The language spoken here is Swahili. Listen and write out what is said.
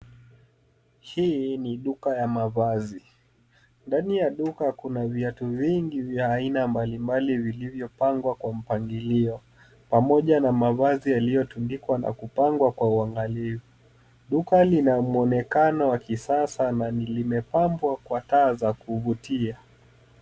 Hii ni duka ya mavazi. Ndani ya duka kuna viatu vingi vya aina mbalimbali vilivyopangwa kwa mpangilio pamoja na mavazi yaliyotundikwa na kupangwa kwa uangalifu. Duka linamwonekano wa kisasa na limepambwa kwa taa za kuvutia.